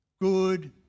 good